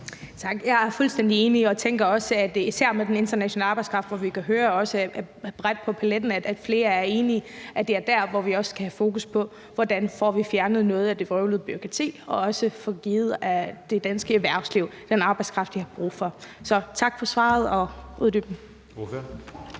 Tak. Jeg er fuldstændig enig og tænker også, at det især er med hensyn til den internationale arbejdskraft, hvor vi også kan høre, at man bredt på paletten er enig om, at vi også skal have fokus på, hvordan vi får fjernet noget af det bøvlede bureaukrati og også får givet det danske erhvervsliv den arbejdskraft, de har brug for. Så tak for svaret og uddybningen.